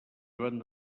joan